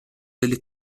delle